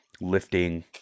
lifting